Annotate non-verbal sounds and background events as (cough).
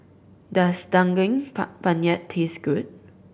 does Daging (unintelligible) Penyet taste good